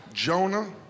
Jonah